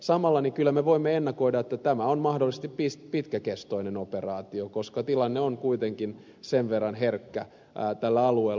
samalla me kyllä voimme ennakoida että tämä on mahdollisesti pitkäkestoinen operaatio koska tilanne on kuitenkin sen verran herkkä tällä alueella